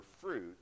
fruit